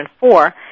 2004